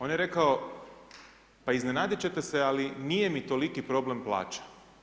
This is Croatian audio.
On je rekao, iznenaditi ćete se, ali nije mi toliki problem plaća.